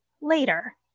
later